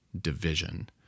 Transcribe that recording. division